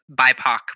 BIPOC